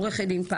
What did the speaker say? עורכת דין,